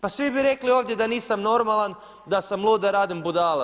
Pa svi bi rekli ovdje da nisam normalan, da sam lud, da radim budale.